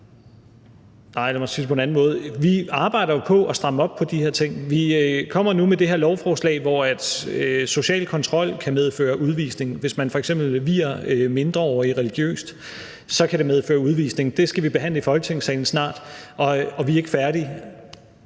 frem. Lad mig sige det på en anden måde: Vi arbejder jo på at stramme op på de her ting. Vi kommer nu med det her lovforslag, hvor social kontrol kan medføre udvisning. Hvis man f.eks. vier mindreårige religiøst, kan det medføre udvisning. Det skal vi snart behandle i Folketingssalen, og vi er ikke færdige.